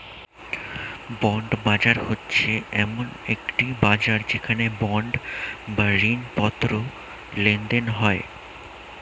bond বাজার হচ্ছে এমন একটি বাজার যেখানে বন্ড বা ঋণপত্র লেনদেন হয়